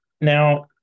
Now